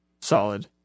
Solid